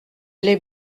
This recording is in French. les